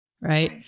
right